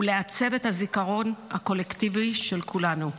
ולעצב את הזיכרון הקולקטיבי של כולנו.